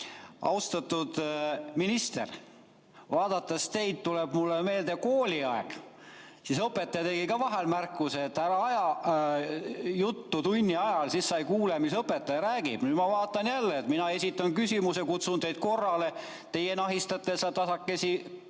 Austatud minister! Vaadates teid, tuleb mulle meelde kooliaeg – siis ka õpetaja tegi vahel märkuse, et ära aja tunni ajal juttu, muidu sa ei kuule, mida õpetaja räägib. Nüüd ma vaatan jälle, et mina esitan küsimuse, kutsun teid korrale, teie nahistate tasakesi